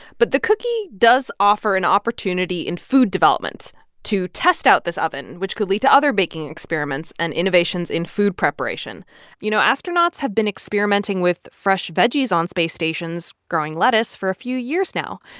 but the cookie does offer an opportunity in food development to test out this oven, which could lead to other baking experiments and innovations in food preparation you know, astronauts have been experimenting with fresh veggies on space stations, growing lettuce for a few years now.